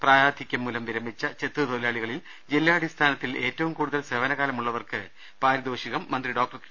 പ്രായാധികൃം മൂലം വിരമിച്ച ചെത്ത് തൊഴിലാളികളിൽ ജില്ലാടിസ്ഥാനത്തിൽ ഏറ്റവും കൂടുതൽ സേവനകാലമുള്ളവർക്ക് പാരിതോഷികം മന്ത്രി ഡോക്ടർ ടി